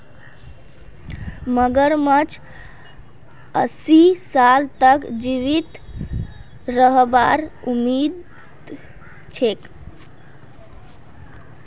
मगरमच्छक अस्सी साल तक जीवित रहबार उम्मीद छेक